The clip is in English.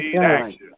action